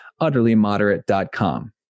utterlymoderate.com